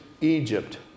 Egypt